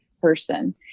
person